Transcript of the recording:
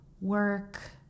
work